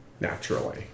naturally